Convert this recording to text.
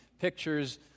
pictures